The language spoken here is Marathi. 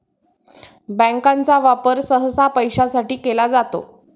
बँकांचा वापर सहसा पैशासाठी केला जातो